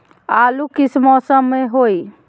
आलू किस मौसम में होई?